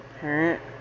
parent